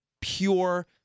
pure